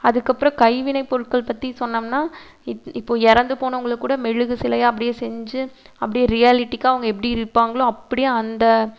அதுக்கு அப்றம் கைவினை பொருட்கள் பற்றி சொன்னோம்னா இப்போது இறந்து போனவங்களுக்கு க்கூட மெழுகு சிலையாக அப்படியே செஞ்சு அப்படியே ரியாலிட்டிக்காக அவங்க எப்படி இருப்பாங்களோ அப்படியே அந்த